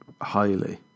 highly